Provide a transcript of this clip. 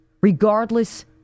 regardless